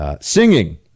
singing